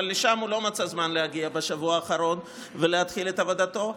אבל לשם הוא לא מצא זמן להגיע בשבוע האחרון ולהתחיל את עבודתו,